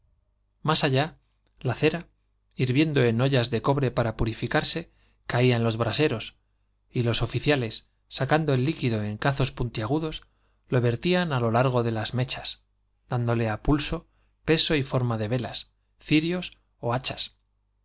más allá la cera hirviendo en ollas de cobre para purificarse caía en los braseros y los oficiales sacando el líquido en cazos puntiagudos lo vertían á lo largo de las mechas dándoles á pulso el peso y forma de velas cirios ó hachas